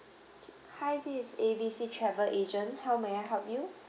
hi this is A B C travel agent how may I help you